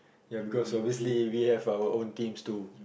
ya because obviously we have our own teams too